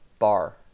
Bar